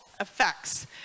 effects